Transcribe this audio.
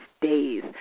Days